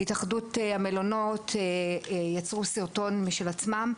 התאחדות המלונות יצרו סרטון משלהם,